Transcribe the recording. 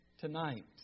tonight